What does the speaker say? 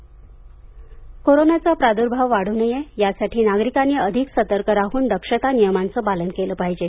corona आढावा कोरोनाचा प्राद्र्भाव वाढू नये यासाठी नागरिकांनी अधिक सतर्क राहून दक्षता नियमांचे पालन केले पाहिजे